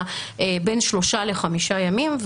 בין שלושה לחמישה ימים,